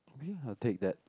maybe i'll take that